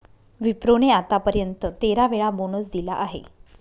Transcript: विप्रो ने आत्तापर्यंत तेरा वेळा बोनस दिला आहे